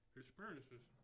experiences